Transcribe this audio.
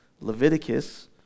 Leviticus